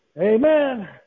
Amen